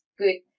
good